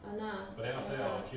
ah nah ah nah